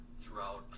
throughout